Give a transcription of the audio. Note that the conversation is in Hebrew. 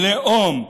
לאום,